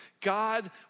God